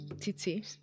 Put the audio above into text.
Titi